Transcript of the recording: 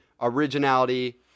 originality